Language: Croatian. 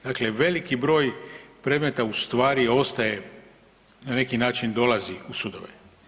Dakle, veliki broj predmeta ustvari ostaje na neki način dolazi u sudove.